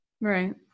Right